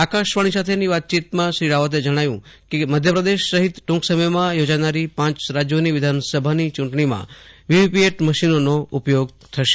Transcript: આકાશવાણી સાથે વાતચીત કરતા શ્રી રાવતે જણાવ્યું કે મધ્યપ્રદેશ સહિત ટૂંક સમયમાં યોજાનારી પાંચ રાજ્યોની વિધાનસભાની ચૂંટણીમાં વીવીપીટ મશીનોનો ઉપયોગ થશે